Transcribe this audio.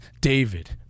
David